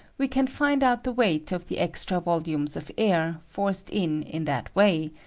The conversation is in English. we can find out the weight of the extra volumes of air forced in in that way,